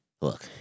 Look